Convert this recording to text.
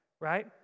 right